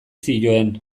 zioen